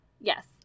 Yes